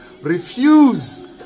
Refuse